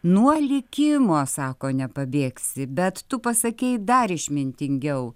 nuo likimo sako nepabėgsi bet tu pasakei dar išmintingiau